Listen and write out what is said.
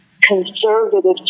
conservative